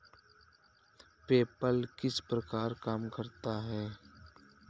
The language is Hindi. पेपल किस प्रकार काम करता है?